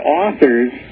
authors